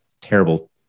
terrible